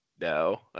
no